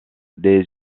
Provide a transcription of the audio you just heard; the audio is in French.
des